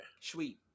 Sweet